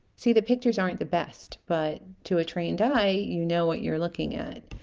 see the pictures aren't the best but to a trained eye you know what you're looking at